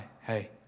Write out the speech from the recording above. hey